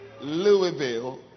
Louisville